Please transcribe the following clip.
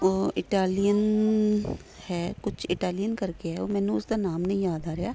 ਉਹ ਇਟਾਲੀਅਨ ਹੈ ਕੁਛ ਇਟਾਲੀਅਨ ਕਰਕੇ ਹੈ ਉਹ ਮੈਨੂੰ ਉਸਦਾ ਨਾਮ ਨਹੀਂ ਯਾਦ ਆ ਰਿਹਾ